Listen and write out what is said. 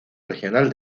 regional